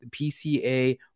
PCA